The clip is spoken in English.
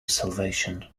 salvation